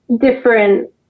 different